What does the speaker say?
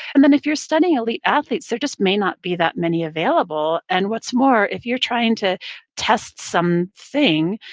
and then if you're studying elite athletes, there just may not be that many available. and what's more, if you're trying to test some thing,